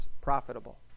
profitable